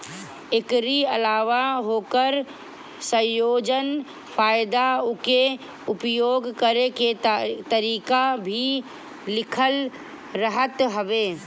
एकरी अलावा ओकर संयोजन, फायदा उके उपयोग करे के तरीका भी लिखल रहत हवे